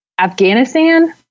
Afghanistan